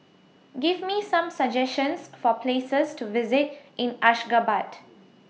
Give Me Some suggestions For Places to visit in Ashgabat